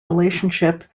relationship